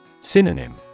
Synonym